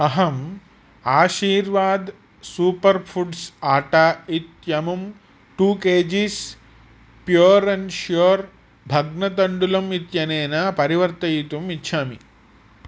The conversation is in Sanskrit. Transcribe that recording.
अहं आशीर्वाद् सूपर् फ़ुड्स् आटा इत्यमुं two K Gs pure and sure भग्नतण्डुलम् इत्यनेन परिवर्तयितुम् इच्छामि